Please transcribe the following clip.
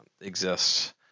exists